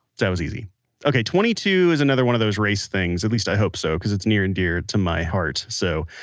that was easy okay. twenty two is another one of those race things, at least i hope so, because it's near and dear to my heart. so,